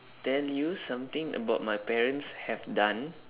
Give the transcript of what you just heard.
tell you something about my parents have done